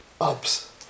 Ups